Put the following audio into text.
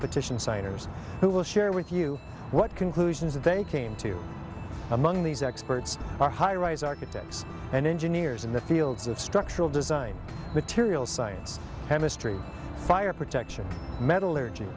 signers who will share with you what conclusions they came to among these experts are highrise architects and engineers in the fields of structural design materials science chemistry fire protection metallurgy